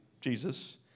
Jesus